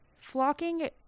Flocking